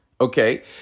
okay